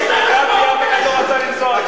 פתאום יש משלחת פה.